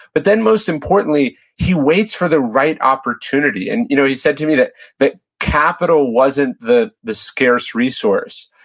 but then most importantly, he waits for the right opportunity. and you know he said to me that that capital wasn't the the scarce resource.